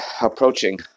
approaching